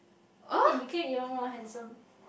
then he became even more handsome